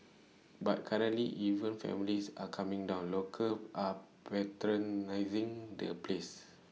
but currently even families are coming down locals are patronising the places